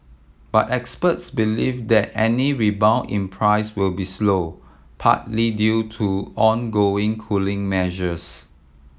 but experts believe that any rebound in price will be slow partly due to ongoing cooling measures